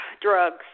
Drugs